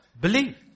Believe